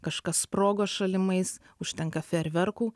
kažkas sprogo šalimais užtenka fejerverkų